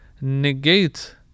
negate